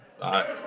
Bye